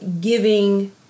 giving